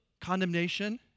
condemnation